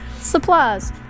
Supplies